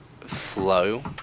flow